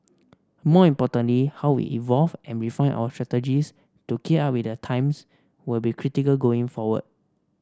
more importantly how we evolve and refine our strategies to keep up with the times will be critical going forward